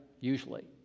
usually